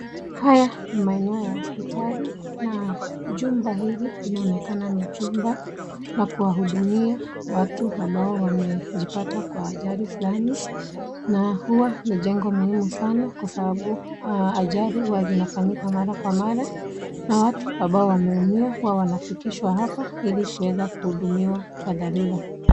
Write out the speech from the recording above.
Haya ni maeneo ya hospitali na chumba hili linaonekana ni jumba la kuwahudumia watu ambao wamejipata kwa ajali fulani na huwa ni jengo muhimu sana kwa sababu ajali huwa zinafanyika mara kwa mara na watu ambao wameumia huwa wanafikishwa hapa ili kuweza kuhudumiwa kwa dharura.